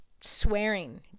swearing